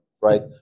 right